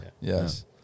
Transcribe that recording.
Yes